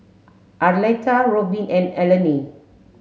Arletta Robyn and Eleni